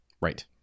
Right